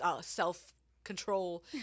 self-control